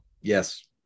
Yes